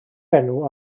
enw